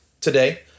today